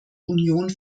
union